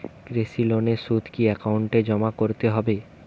কৃষি লোনের সুদ কি একাউন্টে জমা করতে হবে?